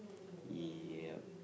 yep